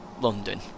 London